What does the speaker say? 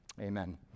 amen